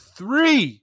three